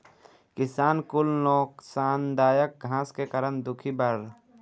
किसान कुल नोकसानदायक घास के कारण दुखी बाड़